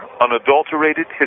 unadulterated